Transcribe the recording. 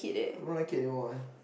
I don't like it anymore eh